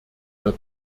der